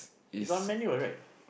it's on manual what right